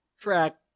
track